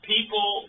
People